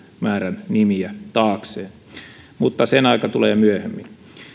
määrän nimiä taakseen mutta sen aika tulee myöhemmin